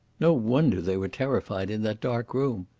no wonder they were terrified in that dark room.